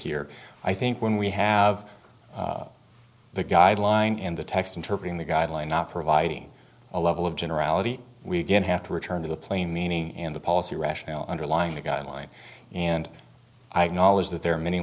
here i think when we have the guideline and the text interpret in the guideline not providing a level of generality we can have to return to the plain meaning and the policy rationale underlying the guideline and i acknowledge that there are many